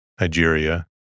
Nigeria